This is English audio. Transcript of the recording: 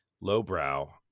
lowbrow